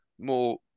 more